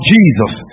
Jesus